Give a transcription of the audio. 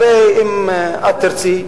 הרי אם את תרצי,